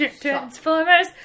Transformers